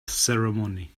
ceremony